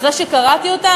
אחרי שקראתי אותה,